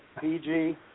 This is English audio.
PG